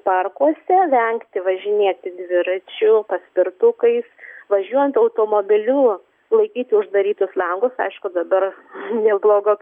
parkuose vengti važinėti dviračiu paspirtukais važiuojant automobiliu laikyti uždarytus langus aišku dabar dėl blogo